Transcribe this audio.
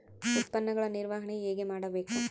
ಉತ್ಪನ್ನಗಳ ನಿರ್ವಹಣೆ ಹೇಗೆ ಮಾಡಬೇಕು?